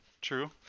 true